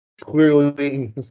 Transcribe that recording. clearly